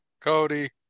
Cody